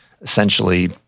essentially